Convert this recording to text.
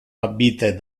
habite